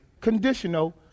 conditional